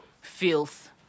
filth